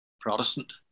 Protestant